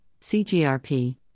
CGRP